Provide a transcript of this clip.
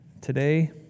today